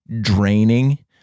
draining